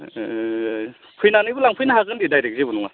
फैनानैबो लांफैनो हागोन दे डाइरेक्ट जेबो नङा